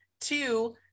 Two